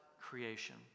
creation